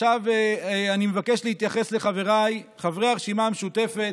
עכשיו אני מבקש להתייחס לחבריי חברי הרשימה המשותפת,